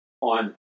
on